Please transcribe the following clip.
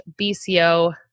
bco